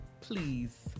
Please